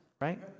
right